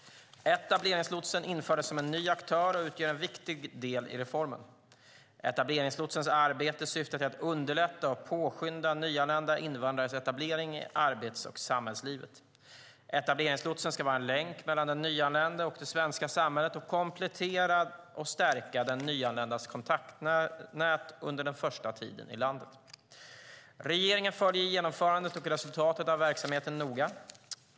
Etableringslotsen infördes som en ny aktör och utgör en viktig del i reformen. Etableringslotsens arbete syftar till att underlätta och påskynda nyanlända invandrares etablering i arbets och samhällslivet. Etableringslotsen ska vara en länk mellan den nyanlände och det svenska samhället och komplettera och stärka den nyanländes kontaktnät under den första tiden i landet. Regeringen följer genomförandet och resultatet av verksamheten noga.